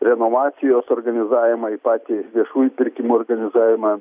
renovacijos organizavimą į patį viešųjų pirkimų organizavimą